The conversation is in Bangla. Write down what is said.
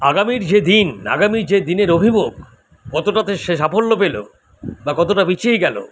আগামীর যে দিন আগামীর যে দিনের অভিমুখ কতোটাতে সে সাফল্য পেলো বা কতোটা পিছিয়ে গেলো